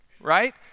right